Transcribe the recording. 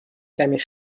کمی